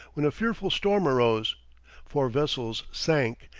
when a fearful storm arose four vessels sank,